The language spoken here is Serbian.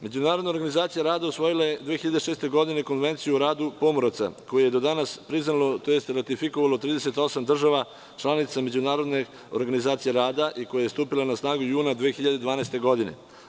Međunarodna organizacija rada usvojila je 2006. godine Konvenciju o radu pomoraca, koji je do danas priznalo tj. ratifikovalo 38 država članica Međunarodne organizacije rada i koje je stupilo na snagu juna 2012. godine.